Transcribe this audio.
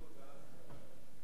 אינני מעוניין בביקור בעזה.